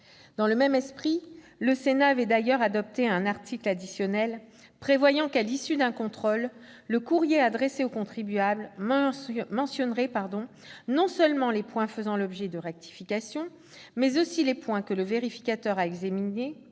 Dans le même esprit, le Sénat avait introduit un article additionnel prévoyant que, à l'issue d'un contrôle, le courrier adressé au contribuable mentionnerait non seulement les points faisant l'objet de rectifications, mais aussi les points que le vérificateur a examinés